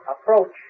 approach